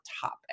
topic